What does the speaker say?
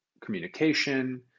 communication